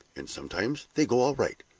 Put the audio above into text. and sometimes they go all right.